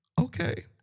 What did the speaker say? Okay